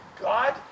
god